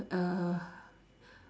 uh